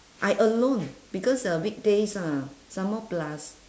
I alone because uh weekdays ah some more plus